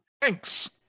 Thanks